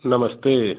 नमस्ते